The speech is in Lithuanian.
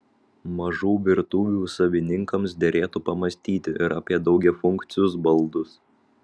mažų virtuvių savininkams derėtų pamąstyti ir apie daugiafunkcius baldus